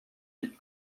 lits